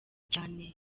cyane